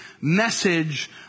message